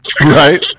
Right